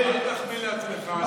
אל תחמיא לעצמך.